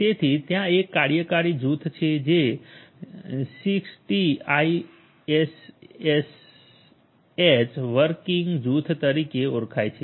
તેથી ત્યાં એક કાર્યકારી જૂથ છે જે 6ટીઆઈએસસીએચ વર્કિંગ જૂથ તરીકે ઓળખાય છે